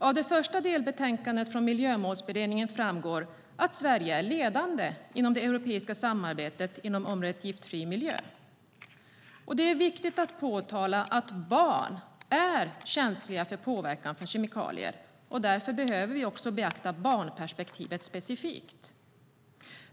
Av det första delbetänkandet från Miljömålsberedningen framgår att Sverige är ledande inom det europeiska samarbetet på området giftfri miljö. Det är viktigt att påtala att barn är känsliga för påverkan av kemikalier. Därför behöver vi beakta barnperspektivet specifikt.